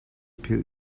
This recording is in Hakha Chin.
philh